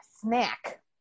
snack